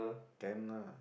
can lah